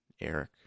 Eric